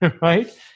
right